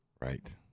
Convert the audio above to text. Right